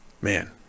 man